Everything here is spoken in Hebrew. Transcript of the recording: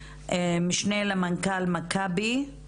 משנה למנכ"ל מכבי,